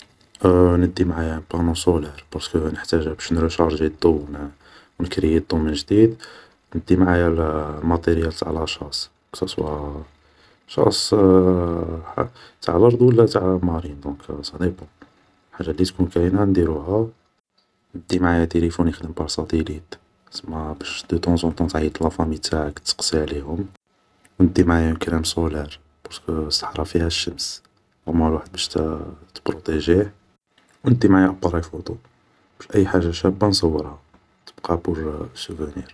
ندي معايا بانو صولار بارسكو نحتاجه باش نروشارجي ضو, و نكريي الضو من جديد, ندي معايا ماطيريال تاع لا شاس, كو ساسوا شاس تاع لرض و لا تاع مارين دونك صاديبون حاجة لي تكون كاينة نديروها, ندي معايعا تيريفون يخدم بار ساتيليت, سما باش دو طون زونطون تعيط لافامي تاعك تسقسي عليهم و ندي معايا اون كرام صولار بارسكو الصحرة فيها الشمس اوموان الواحد باش تبروطيجيه و ندي معايا ابراي فوطو باش اي حاجة شابة نصورها تبقا كوم سوفونير